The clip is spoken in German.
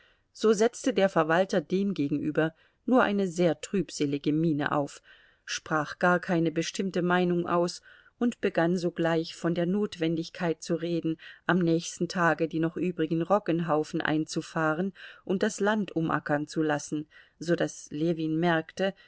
so setzte der verwalter demgegenüber nur eine sehr trübselige miene auf sprach gar keine bestimmte meinung aus und begann sogleich von der notwendigkeit zu reden am nächsten tage die noch übrigen roggenhaufen einzufahren und das land umackern zu lassen so daß ljewin merkte